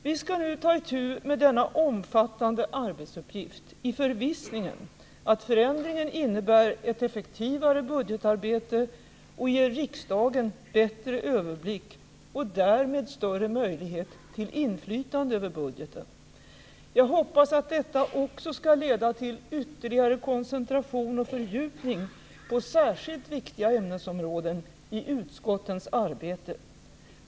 Vi skall nu ta itu med denna omfattande arbetsuppgift i förvissningen att förändringen innebär ett effektivare budgetarbete och ger riksdagen bättre överblick och därmed större möjlighet till inflytande över budgeten. Jag hoppas att detta också skall leda till ytterligare koncentration och fördjupning på särskilt viktiga ämnesområden i utskottens arbete.